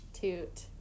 toot